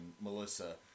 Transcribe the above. Melissa